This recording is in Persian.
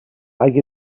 اگه